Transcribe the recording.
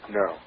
no